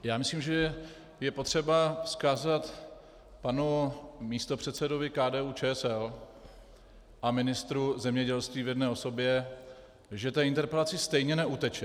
Já myslím, že je potřeba vzkázat panu místopředsedovi KDUČSL a ministru zemědělství v jedné osobě, že té interpelaci stejně neuteče.